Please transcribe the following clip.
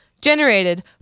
generated